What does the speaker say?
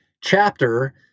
chapter